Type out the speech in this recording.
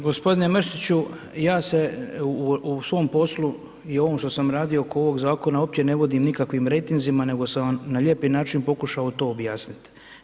G. Mrsiću, ja se u svom poslu i u ovom što sam radio oko ovog zakona uopće ne vodim nikakvim rejtinzima nego sam vam na lijepi način pokušao to objasniti.